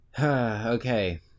Okay